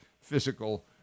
physical